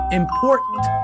important